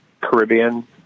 Caribbean